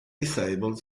disabled